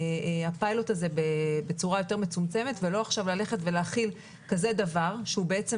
הפיילוט הזה בצורה יותר מצומצמת ולא עכשיו ללכת ולהחיל דבר כזה שהוא בעצם